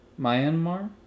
Myanmar